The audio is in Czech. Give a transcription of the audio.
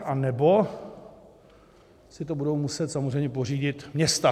Anebo si to budou muset samozřejmě pořídit města.